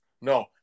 No